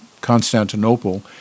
Constantinople